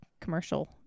commercial